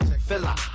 fella